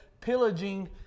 pillaging